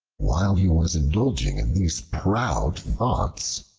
while he was indulging in these proud thoughts,